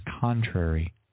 contrary